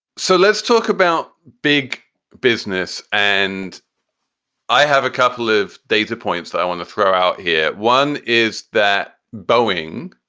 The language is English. so let's talk about big business and i have a couple live data points that i want to throw out here. one is that boeing,